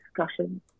discussion